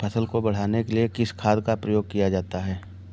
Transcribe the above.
फसल को बढ़ाने के लिए किस खाद का प्रयोग किया जाता है?